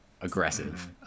aggressive